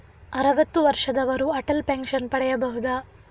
ಅರುವತ್ತು ವರ್ಷದವರು ಅಟಲ್ ಪೆನ್ಷನ್ ಪಡೆಯಬಹುದ?